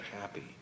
happy